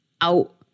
out